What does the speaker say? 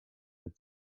with